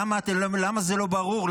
למה זה לא ברור?